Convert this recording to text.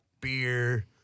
beer